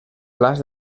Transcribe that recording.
plats